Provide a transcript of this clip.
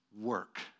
work